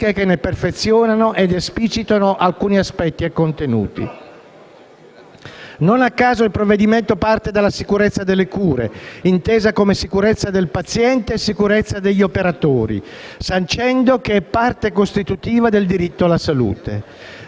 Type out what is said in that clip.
che ne perfezionano ed esplicitano alcuni aspetti e contenuti. Non a caso, il provvedimento parte dalla sicurezza delle cure, intesa come sicurezza del paziente e sicurezza degli operatori, sancendo che è parte costitutiva del diritto alla salute.